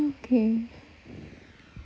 okay